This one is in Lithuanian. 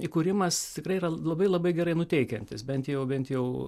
įkūrimas tikrai yra labai labai gerai nuteikiantis bent jau bent jau